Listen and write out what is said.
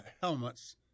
helmets